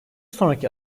sonraki